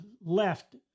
left